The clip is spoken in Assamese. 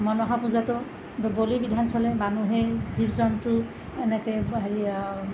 মনসা পূজাতো বলি বিধান চলে মানুহে জীৱ জন্তু এনেকৈ হেৰি